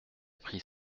pris